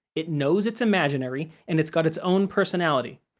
it knows it's imaginary and it's got its own personality.